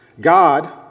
God